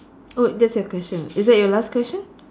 oh that's your question is that your last question